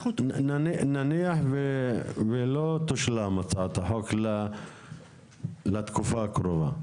נניח ולא תושלם הצעת החוק לתקופה הקרובה,